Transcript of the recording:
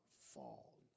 fall